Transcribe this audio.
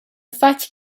fatg